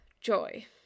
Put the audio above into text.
Joy